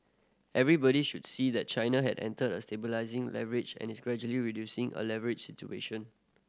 everybody should see that China had entered a stabilising leverage and is gradually reducing the a leverage situation